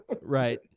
Right